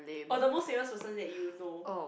oh the most famous person that you know